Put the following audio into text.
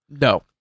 No